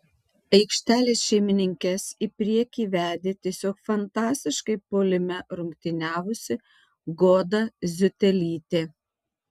aikštelės šeimininkes į priekį vedė tiesiog fantastiškai puolime rungtyniavusi goda ziutelytė